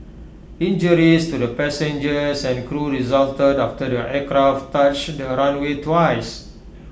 injuries to the passengers and crew resulted after the aircraft touched the runway twice